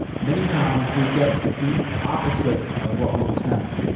many times we get the opposite of what we intend.